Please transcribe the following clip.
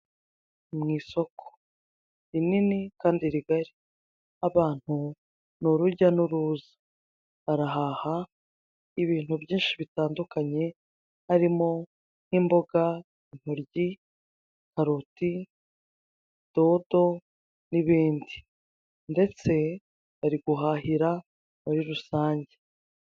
Mu isoko rinini kandi rigari, abantu ni urujya n'uruza, barahaha ibintu byinshi bitandukanye, harimo nk'imboga, intoryi, karoti, dodo, n'ibindi, ndetse bari guhahira muri rusange.